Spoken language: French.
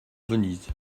venise